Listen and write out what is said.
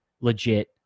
legit